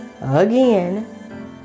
again